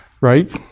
right